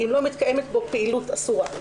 אם לא מתקיימת בו פעילות אסורה,